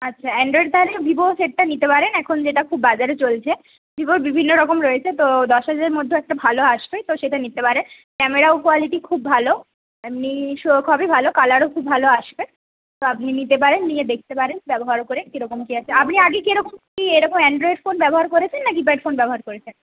আচ্ছা অ্যানড্রয়েড তাহলে ভিভোর সেটটা নিতে পারেন এখন যেটা খুব বাজারে চলছে ভিভোর বিভিন্ন রকম রয়েছে তো দশ হাজারের মধ্যে একটা ভালো আসবে তো সেটা নিতে পারেন ক্যামেরাও কোয়ালিটি খুব ভালো এমনিসব সবই ভালো কালারও খুব ভালো আসবে তো আপনি নিতে পারেন নিয়ে দেখতে পারেন ব্যবহার করে কি রকম কি আছে আপনি আগে কি রকম কি এরকম অ্যানড্রয়েড ফোন ব্যবহার করেছেন না কীপ্যাড ফোন ব্যবহার করেছেন